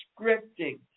scripting